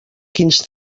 quins